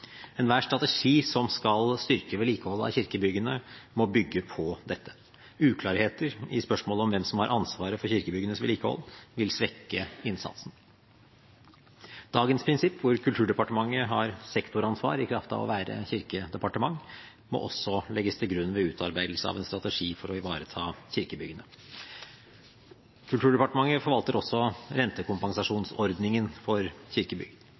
Enhver strategi som skal styrke vedlikeholdet av kirkebyggene, må bygge på dette. Uklarheter i spørsmålet om hvem som har ansvaret for kirkebyggenes vedlikehold, vil svekke innsatsen. Dagens prinsipp, der Kulturdepartementet har sektoransvar i kraft av å være kirkedepartement, må også legges til grunn ved utarbeidelse av en strategi for å ivareta kirkebyggene. Kulturdepartementet forvalter også rentekompensasjonsordningen for kirkebygg.